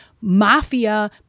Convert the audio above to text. mafia